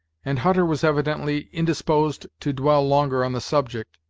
and hutter was evidently indisposed to dwell longer on the subject,